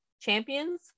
Champions